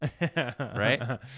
Right